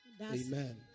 Amen